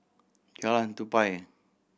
Jalan Tupai